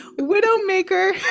Widowmaker